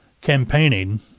campaigning